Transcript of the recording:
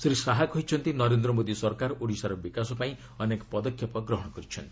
ଶ୍ରୀ ଶାହା କହିଛନ୍ତି ନରେନ୍ଦ୍ର ମୋଦି ସରକାର ଓଡ଼ିଶାର ବିକାଶ ପାଇଁ ଅନେକ ପଦକ୍ଷେପ ଗ୍ରହଣ କରିଚ୍ଛନ୍ତି